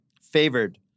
favored